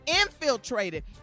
infiltrated